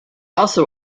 also